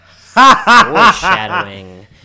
Foreshadowing